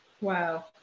wow